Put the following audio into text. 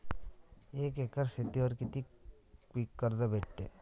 एक एकर शेतीवर किती पीक कर्ज भेटते?